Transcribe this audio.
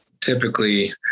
typically